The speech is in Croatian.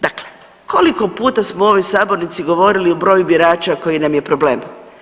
Dakle, koliko puta smo u ovoj sabornici govorili o broju birača koji nam je problem.